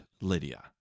Lydia